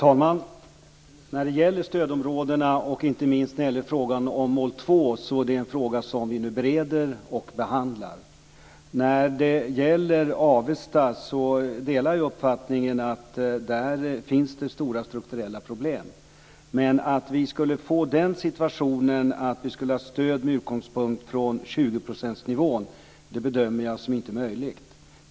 Herr talman! Stödområdena och mål 2 är frågor som vi nu bereder och behandlar. När det gäller Avesta delar jag uppfattningen att där finns stora strukturella problem. Men att vi skulle få den situationen att man skulle få stöd med utgångspunkt från 20-procentsnivån bedömer jag som inte möjligt.